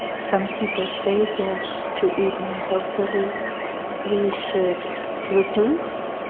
some people say that to eat more healthily we should reduce,